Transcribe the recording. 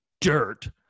dirt